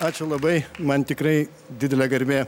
ačiū labai man tikrai didelė garbė